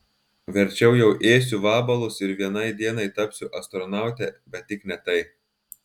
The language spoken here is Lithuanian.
verčiau jau ėsiu vabalus ar vienai dienai tapsiu astronaute bet tik ne tai